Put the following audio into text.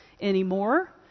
anymore